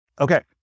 Okay